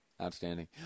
outstanding